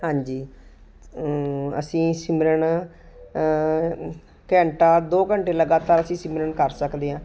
ਹਾਂਜੀ ਅਸੀਂ ਸਿਮਰਨ ਘੰਟਾ ਦੋ ਘੰਟੇ ਲਗਾਤਾਰ ਅਸੀਂ ਸਿਮਰਨ ਕਰ ਸਕਦੇ ਹਾਂ